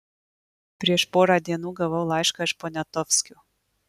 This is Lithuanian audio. prieš porą dienų gavau laišką iš poniatovskio